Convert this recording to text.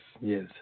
yes